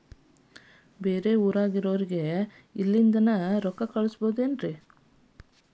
ಬೇರೆ ಊರಾಗಿರೋರಿಗೆ ಇಲ್ಲಿಂದಲೇ ದುಡ್ಡು ಕಳಿಸ್ಬೋದೇನ್ರಿ?